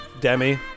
Demi